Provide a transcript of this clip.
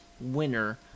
winner